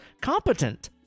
competent